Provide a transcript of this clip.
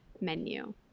menu